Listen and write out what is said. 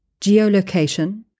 Geolocation